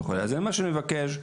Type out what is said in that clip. אז מה שאני מבקש שרמ"י,